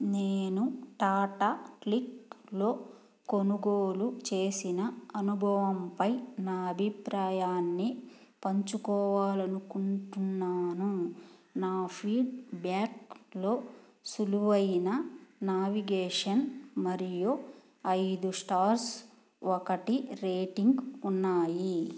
నేను టాటా క్లిక్లో కొనుగోలు చేసిన అనుభవంపై నా అభిప్రాయాన్ని పంచుకోవాలనుకుంటున్నాను నా ఫీడ్బ్యాక్లో సులువైన నావిగేషన్ మరియు ఐదు స్టార్స్ ఒకటి రేటింగ్ ఉన్నాయి